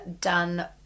done